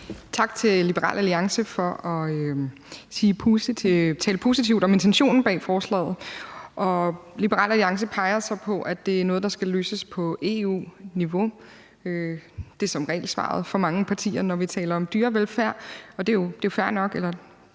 Tak til Liberal Alliance for at tale positivt om intentionen bag forslaget. Liberal Alliance peger så på, at det er noget, der skal løses på EU-niveau. Det er som regel svaret fra mange partier, når vi taler om dyrevelfærd, og det er jo fair nok – eller